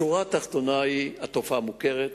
השורה התחתונה, התופעה מוכרת,